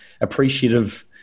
appreciative